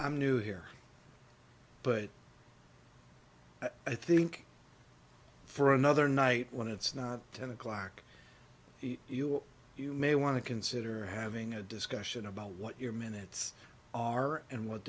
i'm new here but i think for another night when it's not ten o'clock you're you may want to consider having a discussion about what your minutes are and what